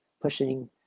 pushing